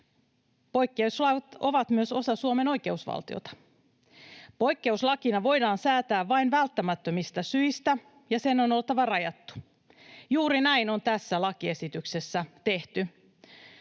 Poikkeuslait ovat myös osa Suomen oikeusvaltiota. Poikkeuslaki voidaan säätää vain välttämättömistä syistä, ja sen on oltava rajattu. Juuri näin on tässä lakiesityksessä tehty.